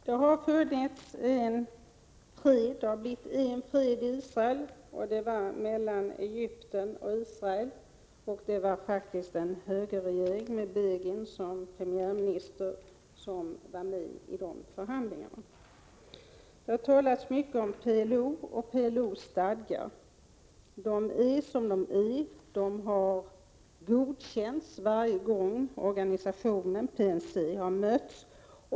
Herr talman! Det har en gång slutits fred i Israel, mellan Israel och Egypten. Förhandlingarna ägde rum under en högerregering med Begin som premiärminister. Det har talats mycket om PLO och PLO:s stadgar. De är som de är. De har godkänts varje gång organisationen PNC har samlats.